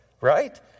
right